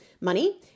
money